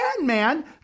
man